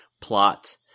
plot